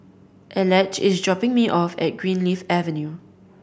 Elige is dropping me off at Greenleaf Avenue